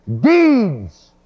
Deeds